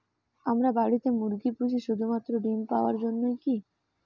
আমরা বাড়িতে মুরগি পুষি শুধু মাত্র ডিম পাওয়ার জন্যই কী?